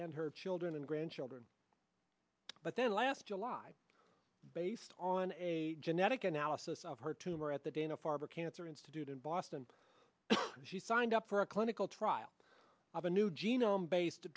and her children and grandchildren but then last july based on a genetic analysis of her tumor at the dana farber cancer institute in boston she signed up for a clinical trial of a new genome based a